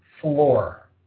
floor